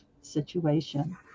situation